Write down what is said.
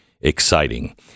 exciting